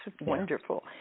wonderful